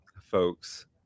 folks